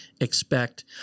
expect –